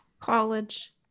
college